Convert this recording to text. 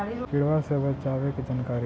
किड़बा से बचे के जानकारी?